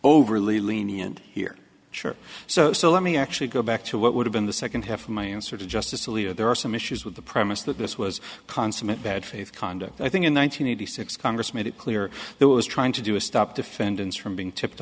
overly lenient here sure so let me actually go back to what would have been the second half of my answer to justice alito there are some issues with the premise that this was consummate bad faith conduct i think in one thousand nine hundred six congress made it clear that was trying to do is stop defendants from being tipped